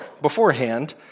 beforehand